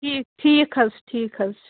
ٹھیٖک ٹھیٖک حظ چھُ ٹھیٖک حظ چھُ